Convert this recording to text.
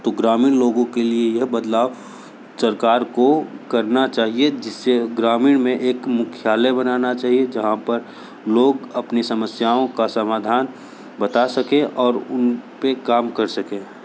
तो ग्रामीण लोगों के लिए यह बदलाव सरकार को करना चाहिए जिससे ग्रामीण में एक मुख्यालय बनाना चाहिए जहां पर लोग अपनी समस्यांओ का समाधान बता सकें और उनपे काम कर सकें